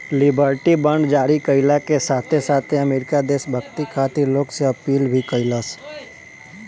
liberty bond जारी कईला के साथे साथे अमेरिका देशभक्ति खातिर लोग से अपील भी कईलस